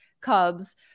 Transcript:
Cubs